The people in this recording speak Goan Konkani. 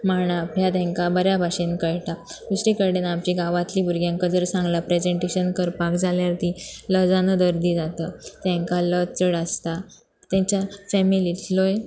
मांप ह्या तांकां बऱ्या भाशेन कळटा दुश्टी कडडेन आमच्या गांवांतलीं भुरग्यांक जर सांगलां प्रेजेंनटेशन करपाक जाल्यार ती लजान दर्दी जाता तांकां लज चड आसता तेंच्या फॅमिलींतलोय